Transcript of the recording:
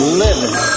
living